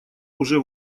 уже